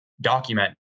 document